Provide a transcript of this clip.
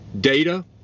Data